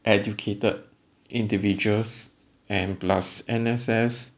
educated individuals and plus N_S_Fs